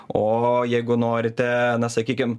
o jeigu norite na sakykim